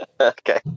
Okay